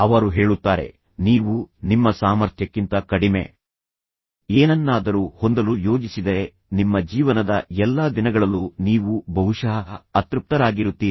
ಅವರು ಹೇಳುತ್ತಾರೆ ನೀವು ನಿಮ್ಮ ಸಾಮರ್ಥ್ಯಕ್ಕಿಂತ ಕಡಿಮೆ ಏನನ್ನಾದರೂ ಹೊಂದಲು ಯೋಜಿಸಿದರೆ ನೀವು ನಿಮ್ಮ ಸಾಮರ್ಥ್ಯಕ್ಕಿಂತ ಕಡಿಮೆ ಏನನ್ನಾದರೂ ಹೊಂದಲು ಯೋಜಿಸಿದರೆ ನಿಮ್ಮ ಜೀವನದ ಎಲ್ಲಾ ದಿನಗಳಲ್ಲೂ ನೀವು ಬಹುಶಃ ಅತೃಪ್ತರಾಗಿರುತ್ತೀರಿ